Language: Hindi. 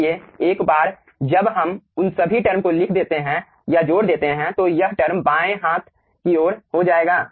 इसलिए एक बार जब हम उन सभी टर्म को लिख देते हैं या जोड़ देते हैं तो यह टर्म बाएं हाथ की ओर हो जाएगा